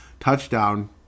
touchdown